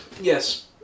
Yes